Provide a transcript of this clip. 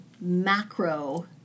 macro